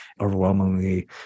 overwhelmingly